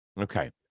Okay